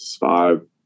five